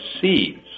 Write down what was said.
seeds